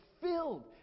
filled